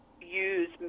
use